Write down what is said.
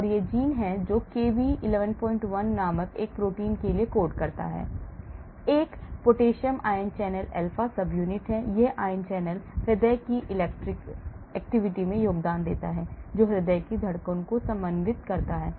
यह एक जीन है जो Kv 111 नामक एक प्रोटीन के लिए कोड करता है एक पोटेशियम आयन चैनल का alpha subunit है यह ion channel हृदय की electrical activity में योगदान देता है जो हृदय की धड़कन को समन्वित करता है